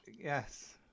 Yes